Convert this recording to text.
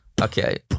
Okay